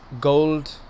gold